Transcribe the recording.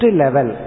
level